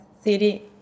city